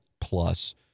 plus